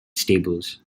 stables